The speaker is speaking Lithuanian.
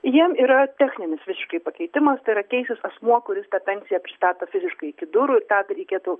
jiem yra techninis visiškai pakeitimas tai yra keisis asmuo kuris tą pensiją pristato fiziškai iki durų ir tą t reikėtų